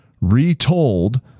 retold